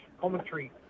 commentary